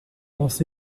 você